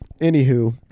anywho